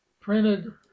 printed